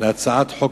להצעת חוק